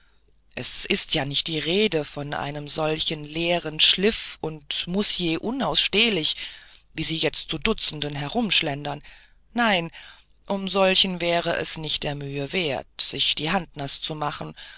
es ist ja nicht die rede von einem solchen leeren schniffel und musje unausstehlich wie sie jetzt zu dutzenden herumschlendern nein um solche wäre es nicht der mühe wert sich die hand naß zu machen